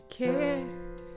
cared